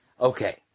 Okay